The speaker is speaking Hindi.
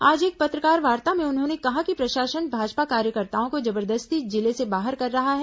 आज एक पत्रकारवार्ता में उन्होंने कहा कि प्रशासन भाजपा कार्यकर्ताओं को जबरदस्ती जिले से बाहर कर रहा है